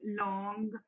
long